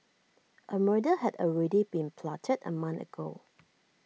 A murder had already been plotted A month ago